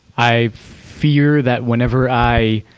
i fear that whenever i,